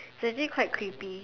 it's actually quite creepy